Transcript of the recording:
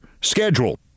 schedule